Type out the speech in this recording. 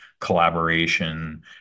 collaboration